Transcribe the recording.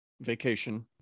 vacation